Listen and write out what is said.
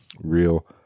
real